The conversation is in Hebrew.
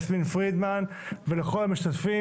יסמין פרידמן ולכל המשתתפים.